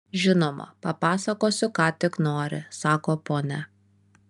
žinoma papasakosiu ką tik nori sako ponia